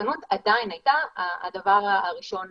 המסוכנות עדיין הייתה הדבר הראשון